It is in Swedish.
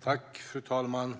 Fru talman!